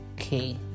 okay